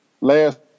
last